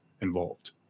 involved